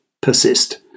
persist